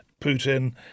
Putin